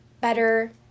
better